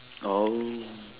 oh